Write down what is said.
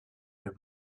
and